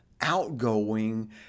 outgoing